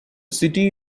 city